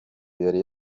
yari